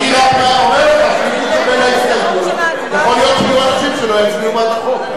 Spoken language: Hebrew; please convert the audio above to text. אומר: משא-ומתן, יכול להיות, שיצביעו בעד החוק.